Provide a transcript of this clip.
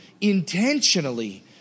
intentionally